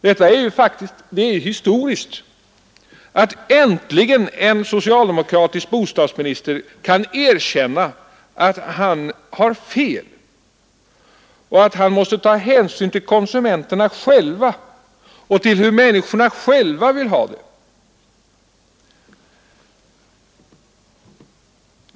Det är historiskt att äntligen en socialdemokratisk bostadsminister kan erkänna att han har fel och att man måste ta hänsyn till hur konsumenterna själva vill ha det.